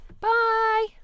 Bye